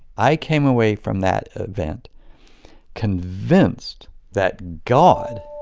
i came away from that event convinced that god